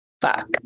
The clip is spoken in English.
Fuck